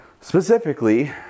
specifically